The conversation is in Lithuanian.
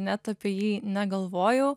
net apie jį negalvojau